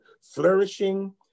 flourishing